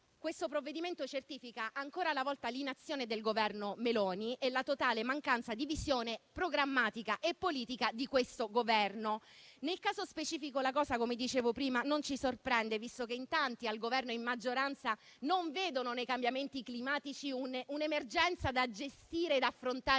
Questo provvedimento certifica ancora una volta l'inazione del Governo Meloni e la totale mancanza di visione programmatica e politica di questo Esecutivo. Nel caso specifico, la cosa non ci sorprende, come dicevo prima, visto che in tanti al Governo e in maggioranza non vedono nei cambiamenti climatici un'emergenza da gestire e da affrontare